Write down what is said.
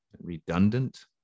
redundant